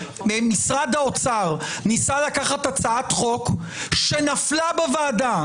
משרד האוצר ניסה לקחת הצעת חוק שנפלה בוועדה,